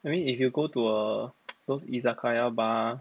I mean if you go to a those izakaya bar